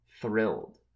thrilled